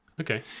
Okay